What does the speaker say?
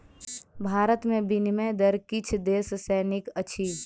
भारत में विनिमय दर किछ देश सॅ नीक अछि